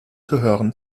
gehören